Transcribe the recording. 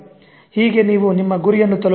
ಹೀಗೆ ನೀವು ನಿಮ್ಮ ಗುರಿಯನ್ನು ತಲುಪುವಿರಿ